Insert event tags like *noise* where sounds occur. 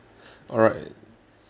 *breath* alright